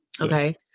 okay